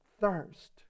thirst